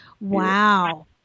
Wow